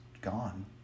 gone